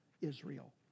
Israel